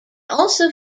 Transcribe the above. also